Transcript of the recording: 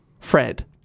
Fred